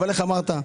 איך אמרת?